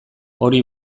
hori